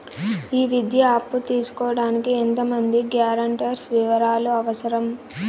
ఈ విద్యా అప్పు తీసుకోడానికి ఎంత మంది గ్యారంటర్స్ వివరాలు అవసరం?